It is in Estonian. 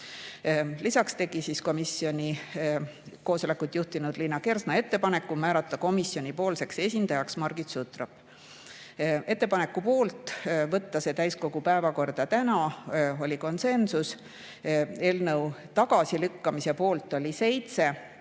Lisaks tegi komisjoni koosolekut juhtinud Liina Kersna ettepaneku määrata komisjonipoolseks esindajaks Margit Sutrop. Ettepaneku poolt võtta see täiskogu päevakorda täna hääletati konsensuslikult. Eelnõu tagasilükkamise poolt oli 7,